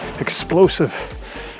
explosive